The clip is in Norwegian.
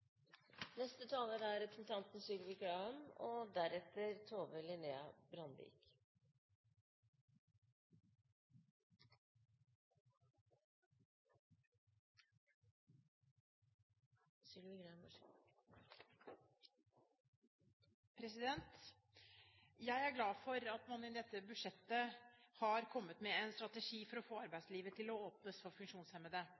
Jeg er glad for at man i dette budsjettet har kommet med en strategi for å få